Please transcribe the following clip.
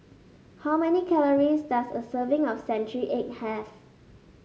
how many calories does a serving of Century Egg have